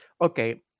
okay